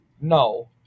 No